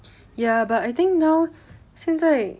ya but I think now 现在